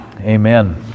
Amen